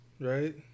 Right